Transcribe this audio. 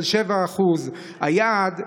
של 7%. היעד,